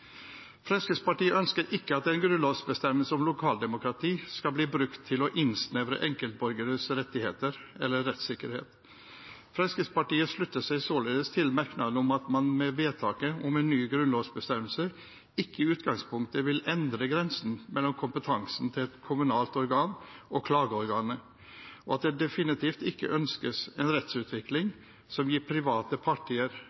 Fremskrittspartiet ønsker ikke at en grunnlovsbestemmelse om lokaldemokrati skal bli brukt til å innsnevre enkeltborgeres rettigheter eller rettssikkerhet. Fremskrittspartiet slutter seg således til merknaden om «at man med vedtaket om en ny grunnlovsbestemmelse ikke i utgangspunktet vil endre grensen mellom kompetansen til et kommunalt organ og klageorganet, og at det definitivt ikke ønskes en rettsutvikling